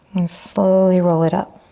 and slowly roll it up.